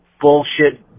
bullshit